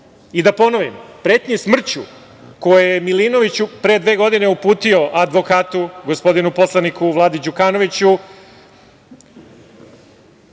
da ponovim, pretnje smrću koje je Milinović pre dve godine uputio advokatu gospodinu poslaniku Vladi Đukanoviću,